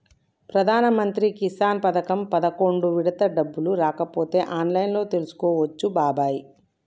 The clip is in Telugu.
ప్రధానమంత్రి కిసాన్ పథకం పదకొండు విడత డబ్బులు రాకపోతే ఆన్లైన్లో తెలుసుకోవచ్చు బాబాయి